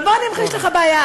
אבל בוא אני אמחיש לך בעיה.